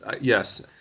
yes